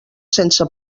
sense